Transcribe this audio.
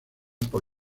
por